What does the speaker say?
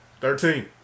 Thirteen